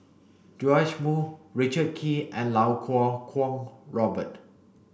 Joash Moo Richard Kee and Iau Kuo Kwong Robert